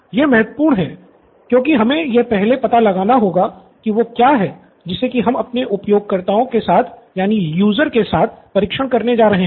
यह महत्वपूर्ण है क्योंकि हमें यह पहले पता लगाना होगा की वो क्या है जिसे कि हम अपने उपयोगकर्ताओं के साथ परीक्षण करने जा रहे हैं